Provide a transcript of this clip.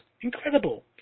Incredible